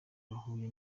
bahuye